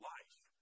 life